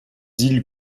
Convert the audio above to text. îles